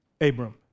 Abram